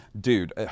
Dude